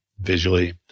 visually